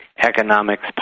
economics